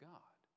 God